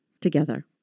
together